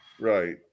Right